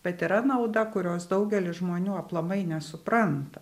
bet yra nauda kurios daugelis žmonių aplamai nesupranta